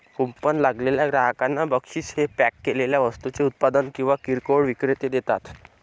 coupon लागलेल्या ग्राहकांना बक्षीस हे पॅक केलेल्या वस्तूंचे उत्पादक किंवा किरकोळ विक्रेते देतात